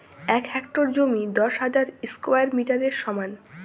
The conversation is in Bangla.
এক হেক্টর জমি দশ হাজার স্কোয়ার মিটারের সমান